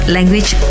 Language